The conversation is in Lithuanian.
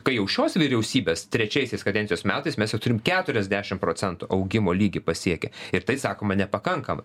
kai jau šios vyriausybės trečiaisiais kadencijos metais mes jau turim keturiasdešim procentų augimo lygį pasiekę ir tai sakome nepakankama